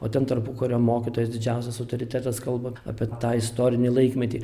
o ten tarpukario mokytojas didžiausias autoritetas kalbant apie tą istorinį laikmetį